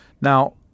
Now